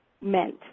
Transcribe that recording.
meant